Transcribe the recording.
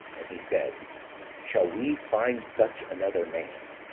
and he said shall we find such another man?